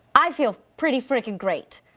i feel pretty frickin' great.